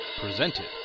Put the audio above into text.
presented